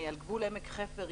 על גבול עמק חפר,